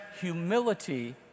humility